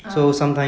ah